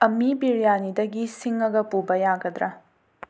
ꯑꯝꯃꯤ ꯕꯤꯔꯌꯥꯅꯤꯗꯒꯤ ꯁꯤꯡꯂꯒ ꯄꯨꯕ ꯌꯥꯒꯗ꯭ꯔꯥ